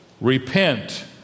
Repent